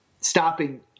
stopping –